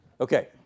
Okay